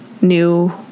new